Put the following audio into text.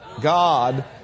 God